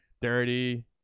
dirty